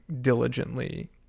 diligently